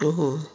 ହମ ହମ